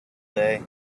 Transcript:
day